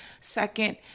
Second